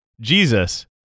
Jesus